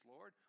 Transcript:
Lord